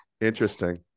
Interesting